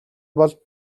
бол